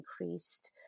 increased